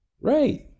Right